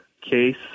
case